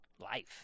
life